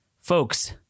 Folks